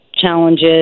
challenges